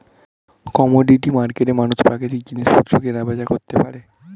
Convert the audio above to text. commodity মার্কেটে মানুষ প্রাকৃতিক জিনিসপত্র কেনা বেচা করতে পারে